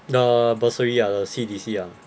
the bursary ah the C_D_C ah